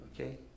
Okay